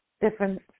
different